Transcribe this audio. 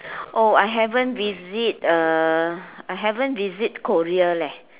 oh I haven't visit uh I haven't visit Korea leh